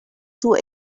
two